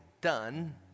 done